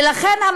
ולכן,